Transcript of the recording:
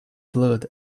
blood